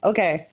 Okay